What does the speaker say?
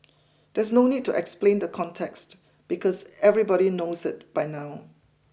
there's no need to explain the context because everybody knows it by now